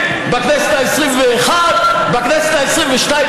עסקה, תאמין לי.